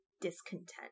discontent